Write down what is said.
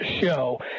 show